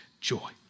joy